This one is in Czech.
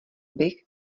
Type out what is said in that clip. bych